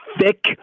thick